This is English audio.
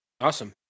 Awesome